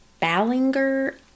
Ballinger